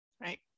Right